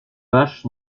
vaches